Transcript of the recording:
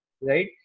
right